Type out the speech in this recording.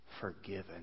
forgiven